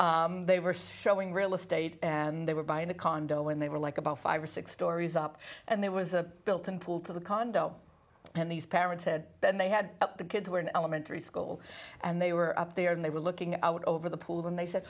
but they were showing real estate and they were buying a condo when they were like about five or six stories up and there was a built in pool to the condo and these parents said then they had the kids were in elementary school and they were up there and they were looking out over the pool and they said